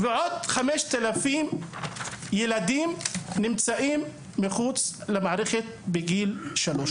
ועוד 5,000 ילדים נמצאים מחוץ למערכת בגילאים האלה.